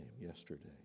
yesterday